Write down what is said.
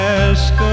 ask